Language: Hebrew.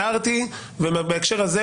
ובהקשר הזה,